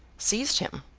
seized him,